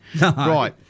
Right